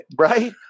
right